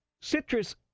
Citrus